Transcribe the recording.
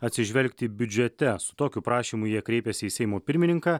atsižvelgti biudžete su tokiu prašymu jie kreipėsi į seimo pirmininką